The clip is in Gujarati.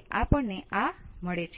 પર છે